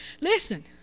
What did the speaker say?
Listen